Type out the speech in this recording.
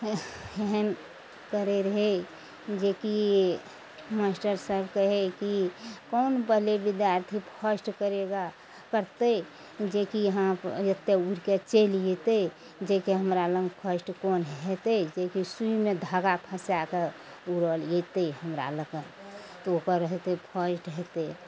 एहन करय रहय जेकि मास्टर सब कहय कि कोन पहिले विद्यार्थी फर्स्ट करेगा करतइ जेकि हँ एते उड़िके चलि एतय जेकि हमरा लग फर्स्ट कोन हेतय जेकि सुइमे धागा फँसाक उड़ल एतय हमरा लग ओकर हेतय फर्स्ट हेतय